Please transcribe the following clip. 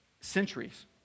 centuries